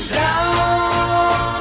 down